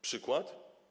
Przykład?